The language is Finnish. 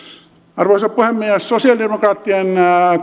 arvoisa puhemies sosialidemokraattien